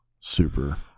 super